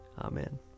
Amen